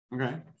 okay